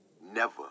never